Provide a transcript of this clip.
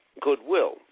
goodwill